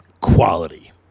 quality